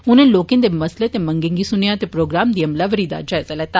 उनें लोकें दे मसलें ते मंगें गी सुनेआ ते प्रोग्राम दी अमलावरी दा जायजा लैता